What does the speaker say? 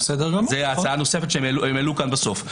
זו הצעה נוספת שהם העלו כאן בסוף.